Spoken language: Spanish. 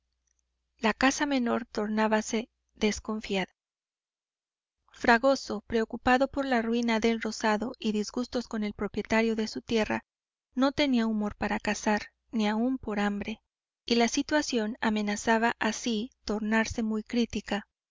la caza menor tornábase desconfiada fragoso preocupado con la ruina del rozado y disgustos con el propietario de su tierra no tenía humor para cazar ni aún por hambre y la situación amenazaba así tornarse muy crítica